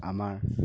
আমাৰ